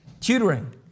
Tutoring